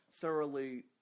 thoroughly